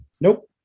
Nope